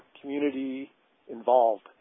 community-involved